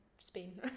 Spain